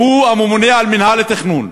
כחלון, הוא הממונה על מינהל התכנון,